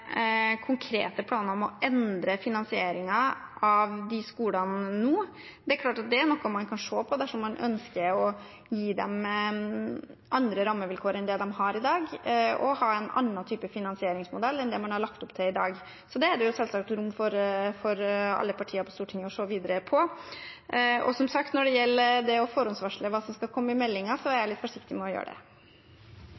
konkrete planer om å endre finansieringen av de skolene nå. Det er klart at det er noe man kan se på dersom man ønsker å gi dem andre rammevilkår enn det de har i dag, og ha en annen type finansieringsmodell enn det man har lagt opp til i dag. Det er det jo selvsagt rom for for alle partier på Stortinget å se videre på. Og som sagt: Når det gjelder det å forhåndsvarsle hva som skal komme i meldingen, er jeg litt forsiktig med å gjøre det. Replikkordskiftet er